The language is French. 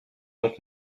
donc